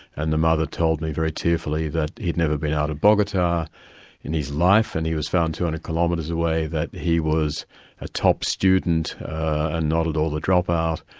and the mother told me very tearfully that he'd never been out of bogota in his life, and he was found two and hundred kilometres away, that he was a top student and not at all a dropout,